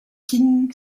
king